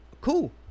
Cool